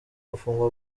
gufungwa